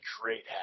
create